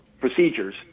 procedures